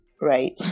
right